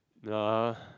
no